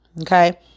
Okay